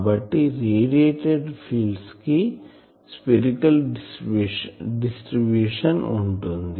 కాబట్టి radiated fields కి spherical distribution ఉంటుంది